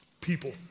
People